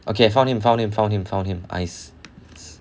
okay found him found him found him found him s~